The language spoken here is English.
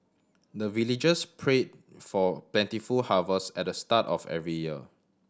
the villagers pray for plentiful harvest at the start of every year